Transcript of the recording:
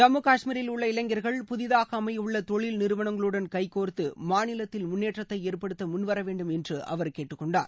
ஜம்மு காஷ்மீரில் உள்ள இளைஞர்கள் புதிதாக அமையவுள்ள தொழில் நிறுவனங்களுடன் கைகோ்த்து மாநிலத்தில் முன்னேற்றத்தை ஏற்படுத்த முன்வர வேண்டும் என்று அவர் கேட்டுக் கொண்டார்